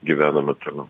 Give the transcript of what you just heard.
gyvename toliau